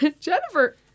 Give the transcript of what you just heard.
Jennifer